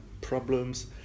problems